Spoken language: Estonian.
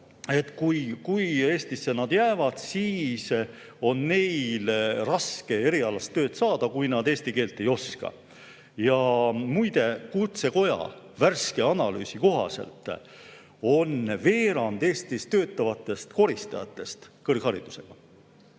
nad Eestisse jäävadki, siis on neil raske erialast tööd saada, kui nad eesti keelt ei oska. Ja muide, Kutsekoja värske analüüsi kohaselt on veerand Eestis töötavatest koristajatest kõrgharidusega.